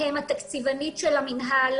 בהם התקציבנית של המינהל.